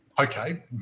Okay